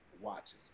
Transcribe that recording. watches